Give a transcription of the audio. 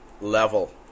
level